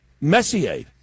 Messier